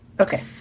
okay